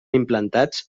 implantats